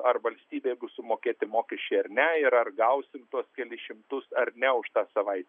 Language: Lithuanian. ar valstybei bus sumokėti mokesčiai ar ne ir ar gausim tuos kelis šimtus ar ne už tą savaitę